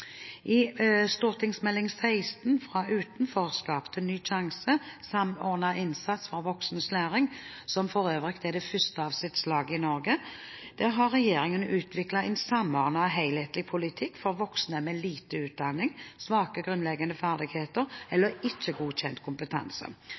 i bruk sin utdanning. I Meld. St. 16 for 2015–2016, Fra utenforskap til ny sjanse – samordnet innsats for voksnes læring, som for øvrig er den første i sitt slag i Norge, har regjeringen utviklet en samordnet og helhetlig politikk for voksne med lite utdanning, svake grunnleggende ferdigheter